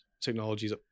technologies